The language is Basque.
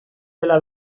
dela